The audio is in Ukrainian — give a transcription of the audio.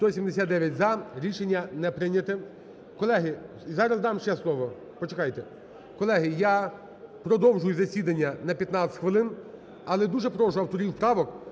За-179 Рішення не прийняте. Колеги, зараз дам ще слово, почекайте. Колеги, я продовжую засідання на 15 хвилин, але дуже прошу авторів правок,